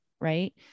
right